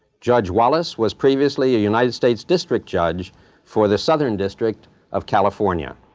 judge wallace was previously a united states district judge for the southern district of california.